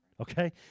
Okay